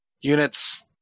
units